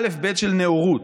האלף-בית של נאורות,